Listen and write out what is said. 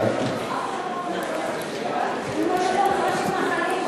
הכנסת גטאס מהצד.